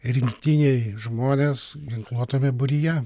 rinktiniai žmonės ginkluotame būryje